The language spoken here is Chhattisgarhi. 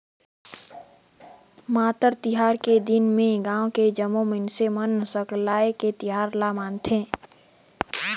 मातर तिहार के दिन में गाँव के जम्मो मइनसे मन सकलाये के तिहार ल मनाथे